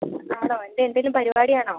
ആണോ അല്ലെ എന്തെങ്കിലും പരിപാടി ആണോ